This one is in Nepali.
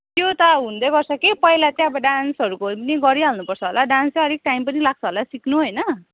त्यो त हुँदैगर्छ के पहिला चाहिँ अब डान्सहरूको पनि गरिहाल्नु पर्छ होला डान्स चाहिँ अलिक टाइम पनि लाग्छ होला सिक्नु होइन